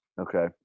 Okay